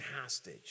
hostage